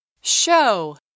Show